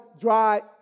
dry